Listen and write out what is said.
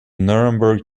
nuremberg